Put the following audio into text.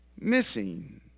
missing